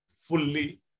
fully